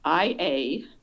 ia